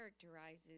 characterizes